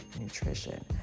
nutrition